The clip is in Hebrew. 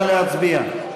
נא להצביע.